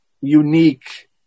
unique